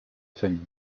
famille